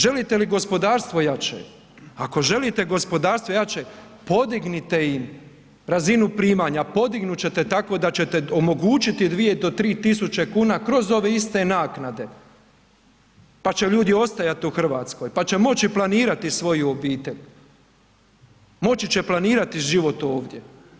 Želite li gospodarstvo jače, ako želite gospodarstvo jače podignite im razinu primanja, podignut ćete tako da ćete omogućiti dvije do tri tisuće kuna kroz ove iste naknade pa će ljudi ostajati u Hrvatskoj, pa će moći planirati svoju obitelj, moći će planirati život ovdje.